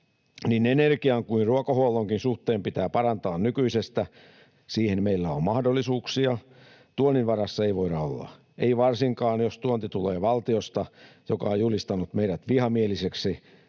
niin energian kuin ruokahuollonkin suhteen pitää parantaa nykyisestä, siihen meillä on mahdollisuuksia. Tuonnin varassa ei voida olla, ei varsinkaan, jos tuonti tulee valtiosta, joka on julistanut meidät vihamieliseksi